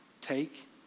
Take